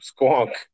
squonk